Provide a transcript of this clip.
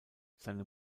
seine